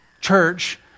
Church